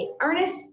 Ernest